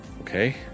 okay